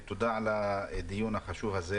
דובר ארגון מורי הנהיגה בישראל.